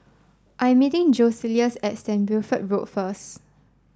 I'm meeting Joseluis at Saint Wilfred Road first